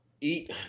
eat